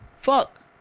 fuck